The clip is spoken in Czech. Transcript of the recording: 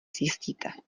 zjistíte